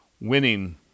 winning